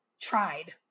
tried